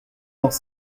dans